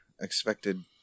expected